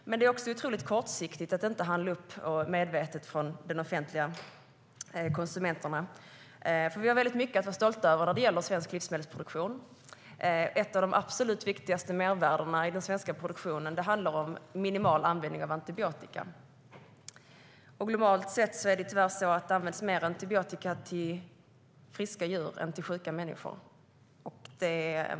Men det är också otroligt kortsiktigt om de offentliga konsumenterna inte upphandlar medvetet. Vi har väldigt mycket att vara stolta över när det gäller svensk livsmedelsproduktion. Ett av de absolut viktigaste mervärdena i den svenska produktionen handlar om minimal användning av antibiotika. Globalt sett är det tyvärr så att det används mer antibiotika till friska djur än till sjuka människor.